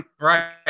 right